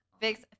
fix